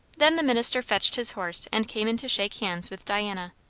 then the minister fetched his horse, and came in to shake hands with diana.